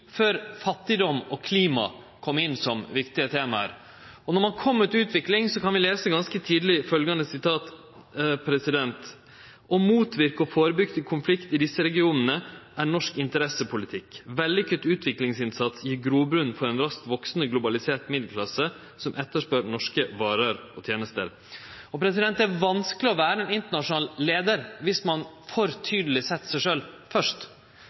før fattigdom og klima kjem inn som viktige tema. Når ein kjem til utvikling, kan vi lese ganske tidleg følgjande: «Å motvirke og forebygge konflikt i disse regionene er norsk interessepolitikk. En vellykket utviklingsinnsats gir grobunn for en raskt voksende globalisert middelklasse som etterspør norske varer og tjenester.» Det er vanskeleg å vere ein internasjonal leiar dersom ein for tydeleg set seg sjølv først.